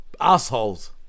Assholes